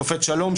שופט שלום,